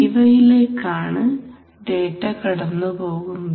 ഇവയിലേക്ക് ആണ് ഡേറ്റ കടന്നുപോകുന്നത്